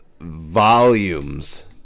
volumes